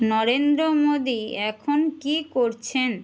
নরেন্দ্র মোদী এখন কী করছেন